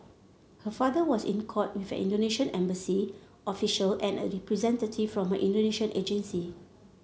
her father was in court with an Indonesian embassy official and a representative from her Indonesian agency